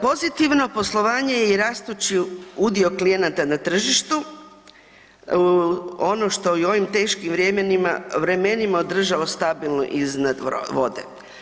Pozitivno poslovanje i rastući udio klijenata na tržištu, ono što i u ovim teškim vrjemenima, vremenima održao stabilno iznad vode.